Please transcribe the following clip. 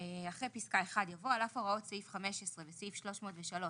"אחרי פסקה (1) יבוא: "(2) על אף הוראות סעיף 15 והוראות סעיף 303